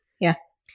yes